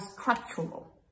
structural